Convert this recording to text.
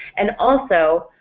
and also,